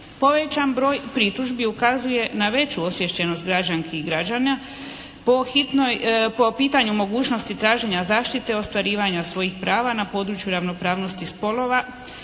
Povećan broj pritužbi ukazuje na veću osviještenost građanki i građana po pitanju mogućnosti traženja zaštite ostvarivanja svojih prava na području ravnopravnosti spolova,